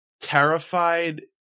terrified